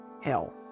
hell